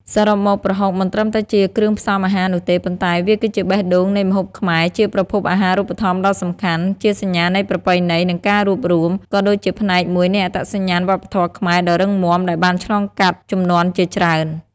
សរុបមក ប្រហុកមិនត្រឹមតែជាគ្រឿងផ្សំអាហារនោះទេ ប៉ុន្តែវាគឺជាបេះដូងនៃម្ហូបខ្មែរ ជាប្រភពអាហារូបត្ថម្ភដ៏សំខាន់ ជាសញ្ញានៃប្រពៃណី និងការរួបរួម ក៏ដូចជាផ្នែកមួយនៃអត្តសញ្ញាណវប្បធម៌ខ្មែរដ៏រឹងមាំ ដែលបានឆ្លងកាត់ជំនាន់ជាច្រើន។